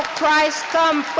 christ come